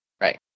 right